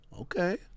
okay